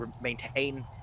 maintain